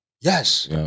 Yes